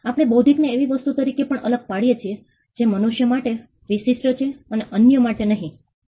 આપણે બૌદ્ધિકને એવી વસ્તુ તરીકે પણ અલગ પાડીએ છીએ જે મનુષ્ય માટે વિશિષ્ટ છે અન્ય માટે નહીં